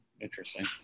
Interesting